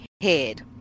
head